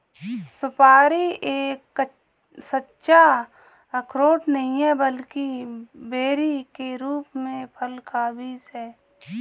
सुपारी एक सच्चा अखरोट नहीं है, बल्कि बेरी के रूप में फल का बीज है